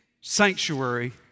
sanctuary